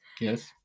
Yes